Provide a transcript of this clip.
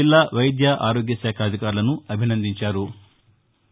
జిల్లా వైద్య ఆరోగ్యశాఖ అధికారులను అభినందించారు